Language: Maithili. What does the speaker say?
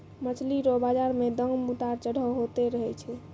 मछली रो बाजार मे दाम उतार चढ़ाव होते रहै छै